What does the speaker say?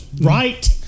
Right